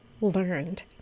learned